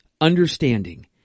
understanding